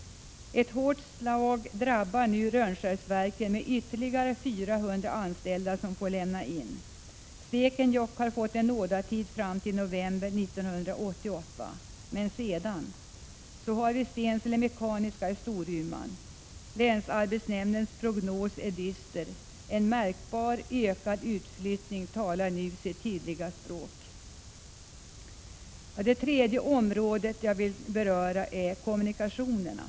Ett hårt slag drabbar nu Rönnskärsverken genom att ytterligare 400 anställda får sluta. Stekenjokk har fått en nådatid fram till november 1988. Men vad händer sedan? Dessutom har vi Stensele Mekaniska i Storuman. Länsarbetsnämndens prognos är dyster. En märkbar ökad utflyttning talar nu sitt tydliga språk. Det tredje området jag vill beröra är kommunikationerna.